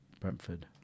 Brentford